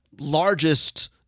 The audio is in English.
largest